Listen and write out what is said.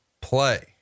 play